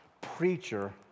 preacher